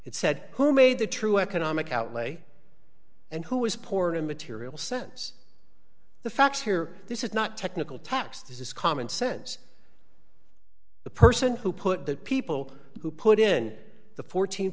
it said who made the true economic outlay and who is poor in material sense the facts here this is not technical tax this is common sense the person who put the people who put in the fourteen